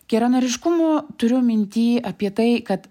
geranoriškumo turiu minty apie tai kad